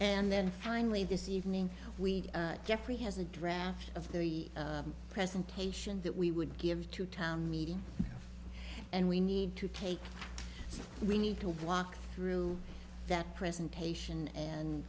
and then finally this evening we jeffrey has a draft of the presentation that we would give to a town meeting and we need to take we need to walk through that presentation and